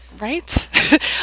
right